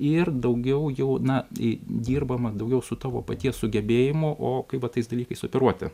ir daugiau jau na dirbama daugiau su tavo paties sugebėjimu o kaip tais dalykais operuoti